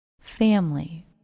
family